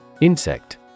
Insect